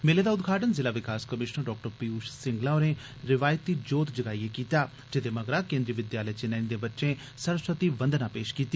मेले दा उद्घाटन ज़िला विकास कमीशनर डॉ पीयूष सिंगला होरें रिवायती जोत बाल्लियै कीता जेह्दे मगरा केन्द्री विद्यालय चनैनी दे बच्चे सरस्वती वंदना पेश कीती